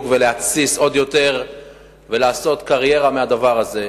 ולהתסיס עוד יותר ולעשות קריירה מהדבר הזה.